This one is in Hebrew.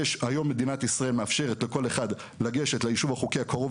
היום מדינת ישראל מאפשרת לכל אחד לגשת ליישוב החוקי הקרוב